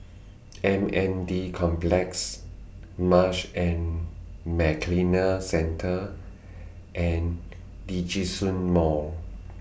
M N D Complex Marsh and McLennan Centre and Djitsun Mall